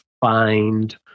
find